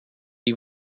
die